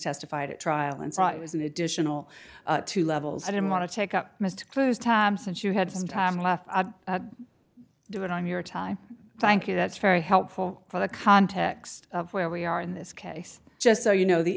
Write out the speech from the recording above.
testified at trial and so it was an additional two levels i don't want to take up missed clues time since you had some time left to do it on your time thank you that's very helpful for the context of where we are in this case just so you know the